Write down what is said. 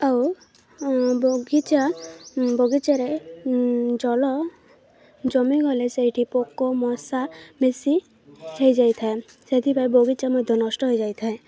ଆଉ ବଗିଚା ବଗିଚାରେ ଜଳ ଜମିଗଲେ ସେଇଠି ପୋକ ମଶା ବେଶି ହୋଇଯାଇଥାଏ ସେଥିପାଇଁ ବଗିଚା ମଧ୍ୟ ନଷ୍ଟ ହୋଇଯାଇଥାଏ